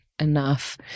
enough